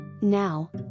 Now